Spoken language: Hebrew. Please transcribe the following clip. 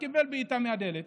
הוא קיבל בעיטה מהדלת,